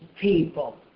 people